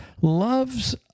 Loves